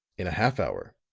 in a half hour,